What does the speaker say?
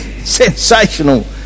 Sensational